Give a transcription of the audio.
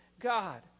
God